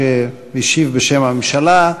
שהשיב בשם הממשלה,